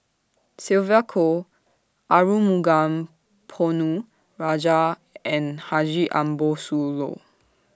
Sylvia Kho Arumugam Ponnu Rajah and Haji Ambo Sooloh